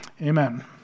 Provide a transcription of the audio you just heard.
amen